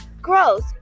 gross